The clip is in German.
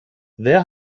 wer